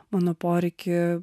mano poreikį